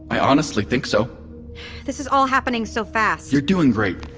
i honestly think so this is all happening so fast you're doing great